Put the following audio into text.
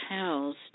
housed